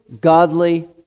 godly